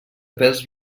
pèls